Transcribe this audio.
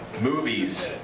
movies